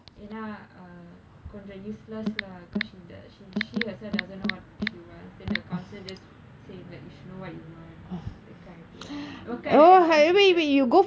ஏனா கொஞ்ச:yaenaa konja useless lah because she doesn't she she herself doesn't know what she wants then the counselor just saying that you should know what you want that kind of thing what kind of advice is that